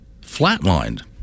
Flatlined